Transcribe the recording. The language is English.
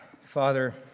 Father